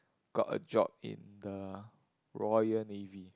got a job in the Royal Navy